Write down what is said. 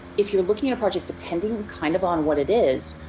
if you're looking at a project depending kind of on what it is,